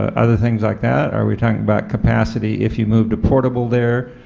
ah other things like that, are we talking about capacity if you moved a portable there,